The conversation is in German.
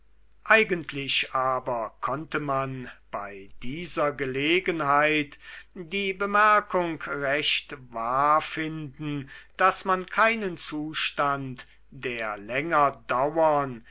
eigentlich aber konnte man bei dieser gelegenheit die bemerkung recht wahr finden daß man keinen zustand der länger dauern